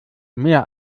mehr